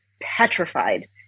petrified